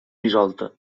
dissolta